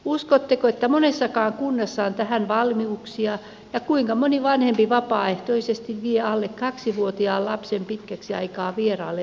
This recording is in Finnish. uskotteko että monessakaan kunnassa on tähän valmiuksia ja kuinka moni vanhempi vapaaehtoisesti vie alle kaksivuotiaan lapsen pitkäksi aikaa vieraalle yöhoitoon